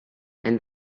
and